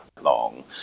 long